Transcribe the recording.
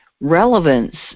relevance